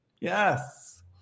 yes